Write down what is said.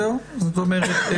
זאת אומרת,